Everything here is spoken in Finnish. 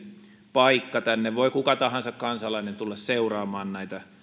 paikka tänne voi kuka tahansa kansalainen tulla seuraamaan näitä